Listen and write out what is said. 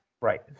Right